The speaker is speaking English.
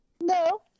no